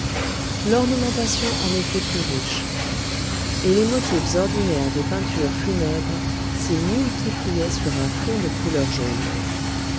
l'ornementation en était plus riche et les motifs ordinaires des peintures funèbres s'y multipliaient sur un fond de couleur jaune